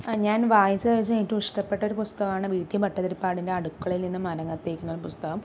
ഞാന് വായിച്ചതില് വെച്ച് ഏറ്റവും ഇഷ്ടപ്പെട്ട ഒരു പുസ്തകമാണ് വി ടി ഭട്ടതിരിപ്പാടിന്റെ അടുക്കളയില് നിന്നും അരങ്ങത്തേക്ക് എന്ന പുസ്തകം